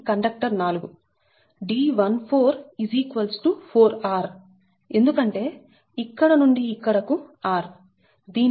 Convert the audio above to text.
D14 4r ఎందుకంటే ఇక్కడ నుండి ఇక్కడకు r దీని వ్యాసం 2r మళ్లీ ఇక్కడ నుండి ఇక్కడకు r